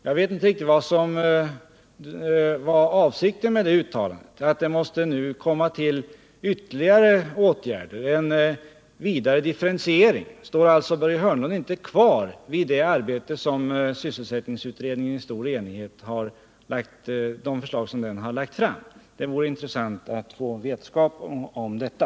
Jag vet inte riktigt vad det var för avsikt med uttalandet att det nu måste till ytterligare åtgärder och en ytterligare differentiering. Står inte Börje Hörn lund fast vid de förslag som sysselsättningsutredningen i stor enighet har lagt fram? Det vore intressant att få veta hur det förhåller sig med detta.